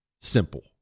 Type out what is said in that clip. simple